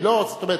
זאת אומרת,